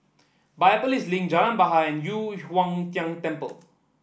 Biopolis Link Jalan Bahar and Yu Huang Tian Temple